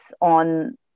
on